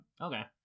Okay